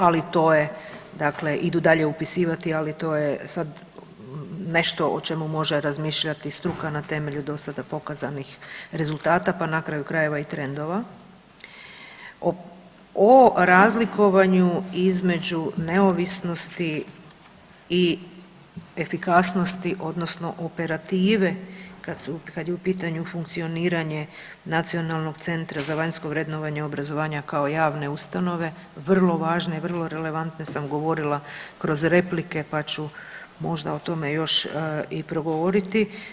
Ali to je, dakle idu dalje upisivati, ali to je nešto o čemu može razmišljati struka na temelju do sada pokazanih rezultata pa na kraju krajeva i trendova o razlikovanju između i efikasnosti odnosno operative kad su, kad je u pitanju funkcioniranje Nacionalnog centra za vanjsko vrednovanje obrazovanja kao javne ustanove vrlo važne i vrlo relevantne sam govorila kroz replike, pa ću možda o tome još i progovoriti.